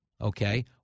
Okay